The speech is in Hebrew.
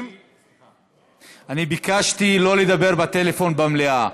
אני ביקשתי לא לדבר בטלפון במליאה.